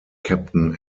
captain